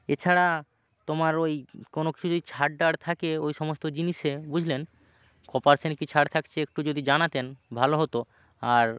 এছাড়া তোমার ঐ কোন কিছু যদি ছাড় টার থাকে ঐ সমস্ত জিনিসে বুঝলেন ক পার্সেন্ট কি ছাড় থাকছে একটু যদি জানাতেন ভালো হতো আর